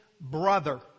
brother